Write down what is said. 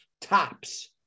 tops